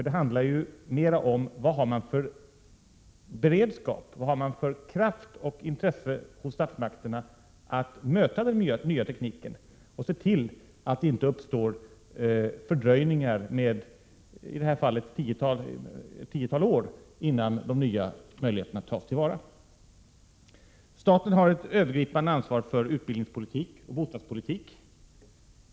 Det handlar mer om vilken beredskap man har. Det rör sig om vilken kraft och vilket intresse statsmakterna har att möta den nya tekniken och se till att det inte uppstår fördröjningar på, som i detta fall, tiotalet år, innan de nya möjligheterna tas till vara. Staten har ett övergripande ansvar för utbildningspolitik och bostadspolitik.